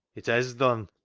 it hez done!